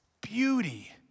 Beauty